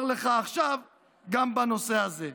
לך לומר עכשיו גם בנושא הזה.